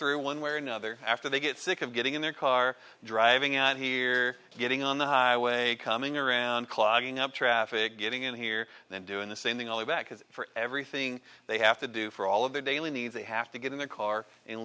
through one way or another after they get sick of getting in their car driving out here getting on the highway coming around clogging up traffic getting in here and doing the same thing on the back because for everything they have to do for all of their daily needs they have to get in their car and